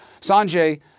Sanjay